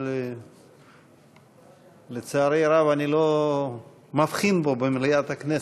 אבל לצערי הרב אני לא מבחין בו במליאת הכנסת.